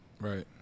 Right